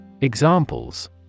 Examples